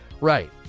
Right